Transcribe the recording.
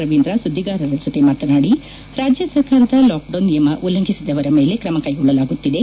ರವೀಂದ್ರ ಸುದ್ದಿಗಾರರ ಜತೆ ಮಾತನಾಡಿ ರಾಜ್ಗ ಸರ್ಕಾರದ ಲಾಕ್ಡೌನ್ ನಿಯಮ ಉಲ್ಲಂಘಿಸಿದವರ ಮೇಲೆ ಕ್ರಮಕ್ಕೆಗೊಳ್ಳಲಾಗುತ್ತಿದೆ